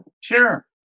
sure